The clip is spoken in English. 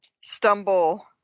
stumble